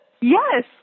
Yes